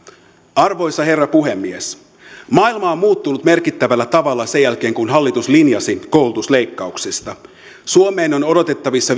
arvoisa herra puhemies maailma on muuttunut merkittävällä tavalla sen jälkeen kun hallitus linjasi koulutusleikkauksista suomeen on odotettavissa